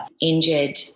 injured